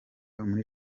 muri